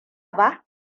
ba